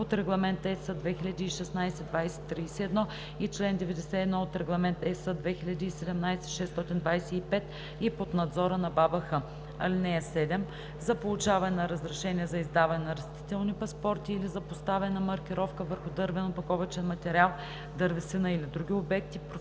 от Регламент (ЕС) 2016/2031 и чл. 91 от Регламент (ЕС) 2017/625 и под надзора на БАБХ. (7) За получаване на разрешение за издаване на растителни паспорти или за поставяне на маркировка върху дървен опаковъчен материал, дървесина или други обекти, професионалните